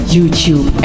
YouTube